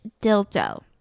dildo